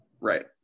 Right